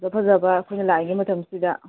ꯐꯖ ꯐꯖꯕ ꯑꯩꯈꯣꯏꯅ ꯂꯥꯛꯏꯉꯩ ꯃꯇꯝꯁꯤꯗ